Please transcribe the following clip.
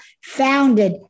founded